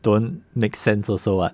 don't make sense also [what]